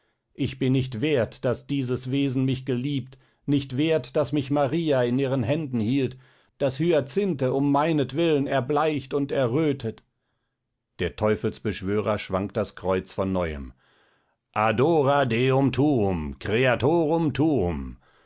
ich bin nicht wert daß dieses wesen mich geliebt nicht wert daß mich maria in ihren händen hielt daß hyacinthe um meinetwillen erbleicht und errötet der teufelsbeschwörer schwang das kreuz von neuem adora deum